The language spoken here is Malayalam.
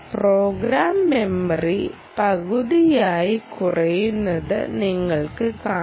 പ്രോഗ്രാം മെമ്മറി പകുതിയായി കുറയുന്നത് നിങ്ങൾക്ക് കാണാം